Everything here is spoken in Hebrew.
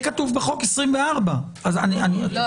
יש